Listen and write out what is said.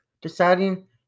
deciding